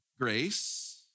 grace